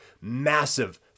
massive